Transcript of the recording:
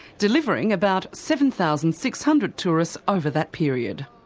delivering about seven thousand six hundred tourists over that period.